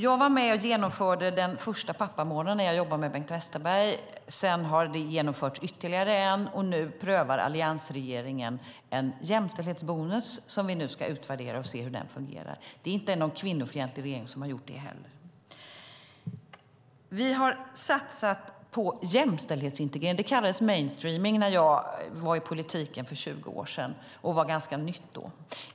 Jag var med och genomförde den första pappamånaden när jag jobbade med Bengt Westerberg, och sedan har vi genomfört ytterligare en. Nu prövar alliansregeringen en jämställdhetsbonus som vi ska utvärdera och se hur den fungerar. Det är inte någon kvinnofientlig regering som har gjort det heller. Vi har satsat på jämställdhetsintegrering. Det kallades mainstreaming när jag var i politiken för 20 år sedan och var ganska nytt då.